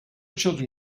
children